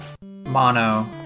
mono